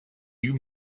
you